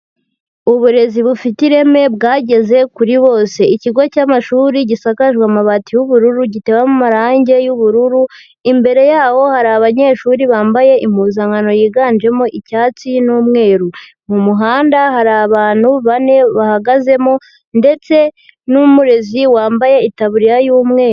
Uburezi bufite ireme, bwageze kuri bose. Ikigo cy'amashuri gisakaje amabati y'ubururu, gitewe amarange y'ubururu, imbere yaho hari abanyeshuri bambaye impuzankano yiganjemo icyatsi n'umweru. Mu muhanda hari abantu bane bahagazemo ndetse n'umurezi wambaye itaburiya y'umweru.